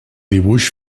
dibuix